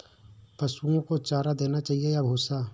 पशुओं को चारा देना चाहिए या भूसा?